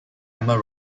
emma